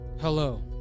Hello